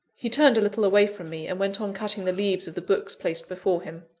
he turned a little away from me, and went on cutting the leaves of the books placed before him.